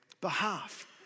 behalf